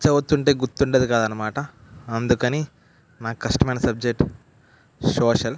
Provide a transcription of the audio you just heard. చదువుతుంటే గుర్తుండేది కాదన్నమాట అందుకని నాకు కష్టమైన సబ్జెక్ట్ సోషల్